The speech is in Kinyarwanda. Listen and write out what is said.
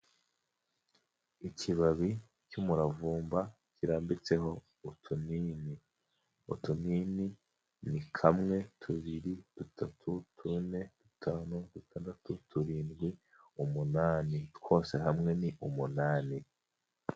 Ikibabi cy'umuravumba kirambitseho utunini, utunini ni kamwe, tubiri, dutatu, tune, dutanu, dutandatu ,turindwi ,umunani twose hamwe ni umunani.